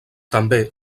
també